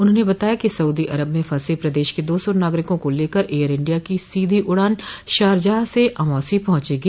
उन्होंने बताया कि सउदी अरब में फंसे प्रदेश के दो सौ नागरिकों को लेकर एयर इंडिया की सीधी उड़ान शारजाह से अमौसी पहंचेगी